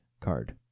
card